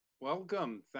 Welcome